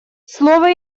слово